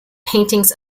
paintings